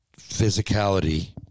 physicality